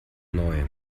neu